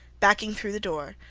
backing through the door,